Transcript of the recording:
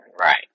Right